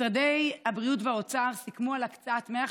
משרדי הבריאות והאוצר סיכמו על הקצאת 150